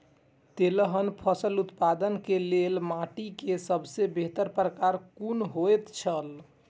तेलहन फसल उत्पादन के लेल माटी के सबसे बेहतर प्रकार कुन होएत छल?